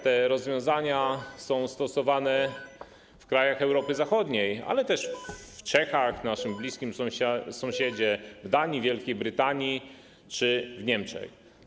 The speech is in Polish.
Te rozwiązania są stosowane w krajach Europy Zachodniej, ale też w Czechach, u naszego bliskiego sąsiada, w Danii, w Wielkiej Brytanii czy w Niemczech.